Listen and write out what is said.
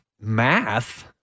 math